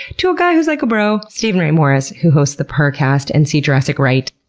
to a guy who's like a bro, steven ray morris, who hosts the purrrcast and see jurassic right,